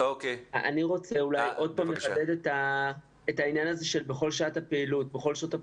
אני רוצה עוד פעם לחדד את העניין של "בכל שעות הפעילות".